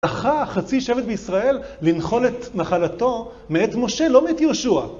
זכה חצי שבט בישראל לנחול את נחלתו מאת משה, לא מאת יהושע.